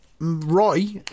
Roy